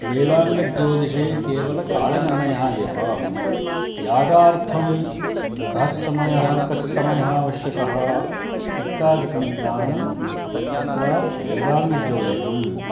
वेदाङ्गज्योतिषे केवलं कालनिर्णयः एव यागार्थं कः समयः कस्समयः आवश्यकः इत्यादिकं ज्ञानं तत्र वेदाङ्गज्यौतिषम्